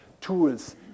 tools